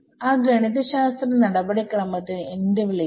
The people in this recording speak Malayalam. ആ ഗണിതശാസ്ത്ര നടപടിക്രമത്തിന് എന്ത് വിളിക്കും